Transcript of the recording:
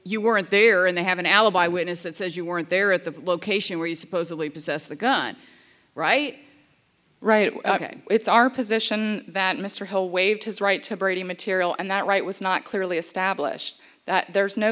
you weren't there and they have an alibi witness that says you weren't there at the location where you supposedly possessed the gun right right ok it's our position that mr hall waived his right to brady material and that right was not clearly established that there's no